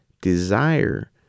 desire